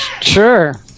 sure